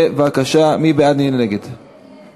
ההצעה להסיר מסדר-היום את הצעת חוק לתיקון פקודת בריאות